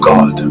God